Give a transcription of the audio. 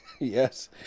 Yes